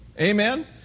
amen